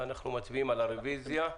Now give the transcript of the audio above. אנחנו מצביעים על הרוויזיה.